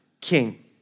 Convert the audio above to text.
king